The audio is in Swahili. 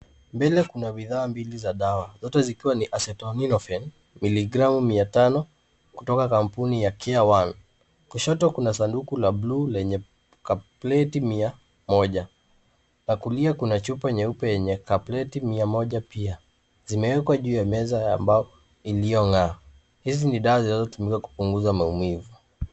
Mbele kuna bidhaa mbili za dawa zote zikiwa Acetaminophen miligramu mia tano kutoka kampuni ya Care One. Kushoto kuna sanduku la blue lenye tableti mia moja na kulia kuna chupa yenye tableti mia moja. Zimewekwa juu ya meza ya mbao iliyong'aa. Hizi ni dawa zinazotumika kupunguza maumivu.